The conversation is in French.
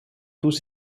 tous